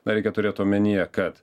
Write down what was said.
na reikia turėt omenyje kad